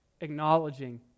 acknowledging